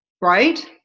Right